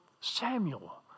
Samuel